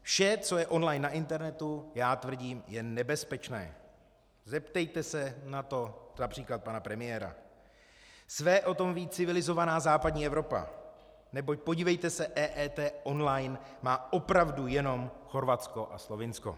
Vše, co je online na internetu, já tvrdím, že je nebezpečné zeptejte se na to například pana premiéra, své o tom ví civilizovaná západní Evropa neboť, podívejte se, EET online má opravdu jenom Chorvatsko a Slovinsko.